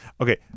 Okay